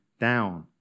down